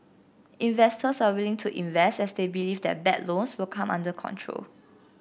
investors are willing to invest as they believe that bad loans will come under control